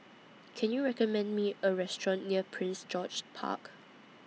Can YOU recommend Me A Restaurant near Prince George's Park